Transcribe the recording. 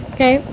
Okay